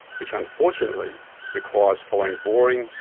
which unfortunately requires following boring,